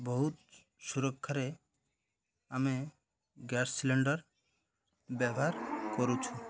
ବହୁତ ସୁରକ୍ଷାରେ ଆମେ ଗ୍ୟାସ୍ ସିଲିଣ୍ଡର ବ୍ୟବହାର କରୁଛୁ